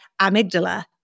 amygdala